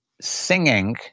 singing